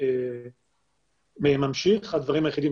וקיבלנו עשרות פניות עד ליום השידור עצמו ולמעשה גם אחריו,